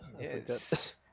Yes